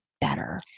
better